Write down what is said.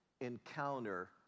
encounter